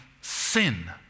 sin